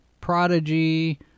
Prodigy